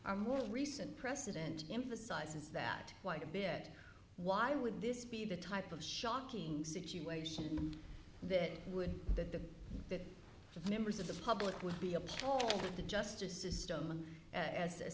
recent precedent emphasizes that quite a bit why would this be the type of shocking situation that would that the that members of the public would be appalled at the justice system and as